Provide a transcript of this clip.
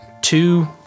two